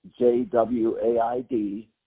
JWAID